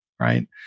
Right